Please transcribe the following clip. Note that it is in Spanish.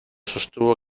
sostuvo